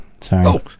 Sorry